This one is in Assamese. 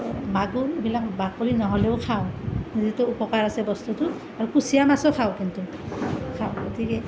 মাগুৰ এইবিলাক বাকলি নহলেও খাওঁ যিটো উপকাৰ আছে বস্তুটো আৰু কুচিয়া মাছো খাওঁ কিন্তু খাওঁ গতিকে